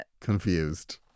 Confused